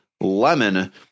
Lemon